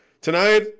Tonight